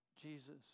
Jesus